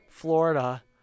Florida